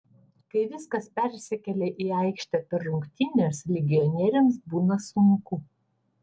kai viskas persikelia į aikštę per rungtynes legionieriams būna sunku